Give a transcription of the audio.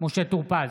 משה טור פז,